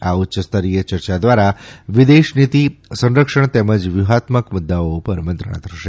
આ ઉચ્યસ્તરીય ચર્ચા દ્વારા વિદેશ નીતી સંરક્ષણ તેમજ વ્યૂહાત્મક મુદ્દાઓ ઉપર મંત્રણા થશે